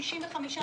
65 אנשים.